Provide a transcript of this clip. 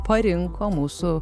parinko mūsų